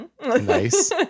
Nice